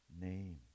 name